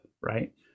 right